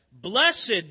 Blessed